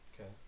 Okay